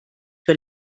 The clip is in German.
für